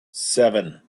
seven